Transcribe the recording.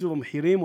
לייצוב המחירים,